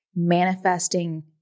manifesting